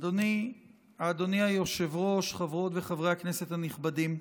אדוני היושב-ראש, חברות וחברי הכנסת הנכבדים,